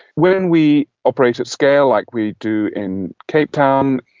when we operate at scale, like we do in cape town,